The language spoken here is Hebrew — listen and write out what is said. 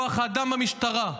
כוח האדם במשטרה,